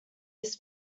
his